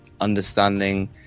understanding